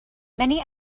many